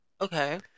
Okay